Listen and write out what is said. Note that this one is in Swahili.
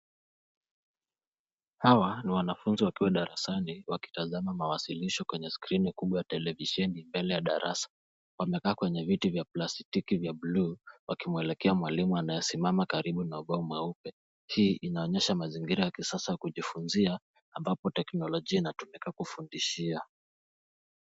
Hawa ni wanafunzi wakiwa darasani wakitazama mawasilisho kwenye skrini kubwa ya televisheni mbele ya darasa. Wamekaa kwenye viti vya plastiki vya buluu, wakimwelekea mwalimu aliyesimama karibu na mabao meupe. Hii inaonyesha mazingira ya kisasa ya kujifunzia ambapo teknolojia inatumika kufundishia.